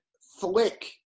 flick